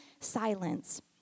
silence